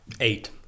Eight